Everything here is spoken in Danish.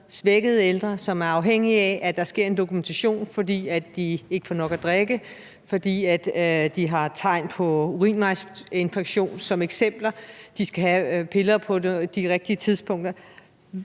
svækkede ældre, som er afhængige af, at der sker en dokumentation, fordi de eksempelvis ikke får nok at drikke eller de har tegn på urinvejsinfektion eller de skal have piller på de rigtige tidspunkter?